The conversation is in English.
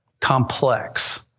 Complex